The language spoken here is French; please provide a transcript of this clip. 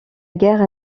guerre